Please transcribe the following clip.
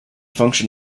function